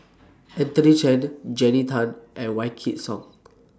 Anthony Chen Jannie Tay and Wykidd Song